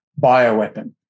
bioweapon